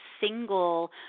single